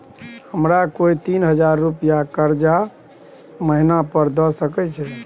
हमरा कोय तीन हजार रुपिया कर्जा महिना पर द सके छै?